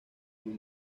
muy